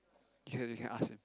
K you can ask him